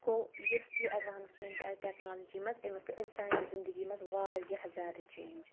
گوٚو یُس تہِ یہِ اٮ۪ڈوانس مینٹ آیہِ ٹٮ۪کنالوجی منٛز أمۍ کٔر أمۍ سانہِ زندگی منٛز واریاہ زیادٕ چینج